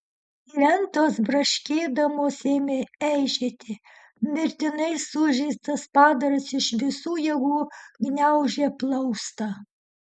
lentos braškėdamos ėmė eižėti mirtinai sužeistas padaras iš visų jėgų gniaužė plaustą